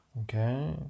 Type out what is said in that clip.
okay